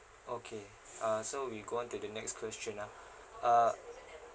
okay uh so we go on to the next question ah uh